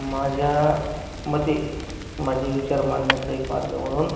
माझ्या मते माझे विचार मांडण्याचा एक मार्ग म्हणून